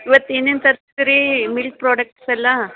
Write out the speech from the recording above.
ಇವತ್ತು ಏನೇನು ತರ್ಸಿದೆ ರೀ ಮಿಲ್ಕ್ ಪ್ರಾಡಕ್ಟ್ಸ್ ಎಲ್ಲ